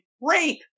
rape